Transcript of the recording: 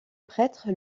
prêtre